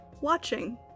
watching